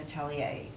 atelier